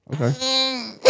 Okay